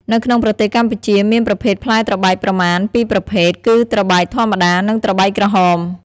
នៅក្នុងប្រទេសកម្ពុជាមានប្រភេទផ្លែត្របែកប្រមាណ ពីរប្រភេទ គឺត្របែកធម្មតា និងត្របែកក្រហម។